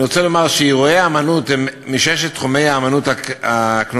אני רוצה לומר ששיעורי האמנות הם מששת תחומי האמנות הקנוניים: